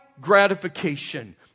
gratification